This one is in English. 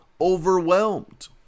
overwhelmed